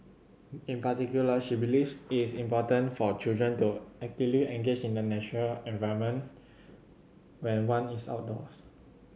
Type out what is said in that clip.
in particular she believes is important for children to actively engage with the natural environment when one is outdoors